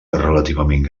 relativament